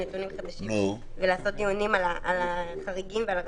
נתונים חדשים ולעשות דיונים על החריגים ועל הרשויות.